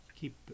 keep